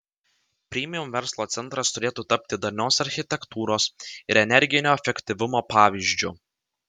premium verslo centras turėtų tapti darnios architektūros ir energinio efektyvumo pavyzdžiu